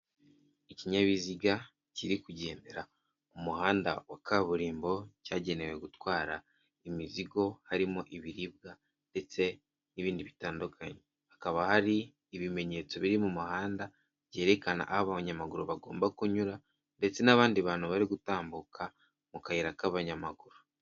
Ikinyabiziga kiri kugendera ku muhanda wa kaburimbo cyagenewe gutwara imizigo harimo ibiribwa ndetse n'ibindi bitandukanye. Hakaba hari ibimenyetso biri mu muhanda byerekana aho abanyamaguru bagomba kunyura ndetse n'abandi bantu bari gutambuka mu kayira k'abanyamaguru.